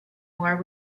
more